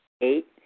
Eight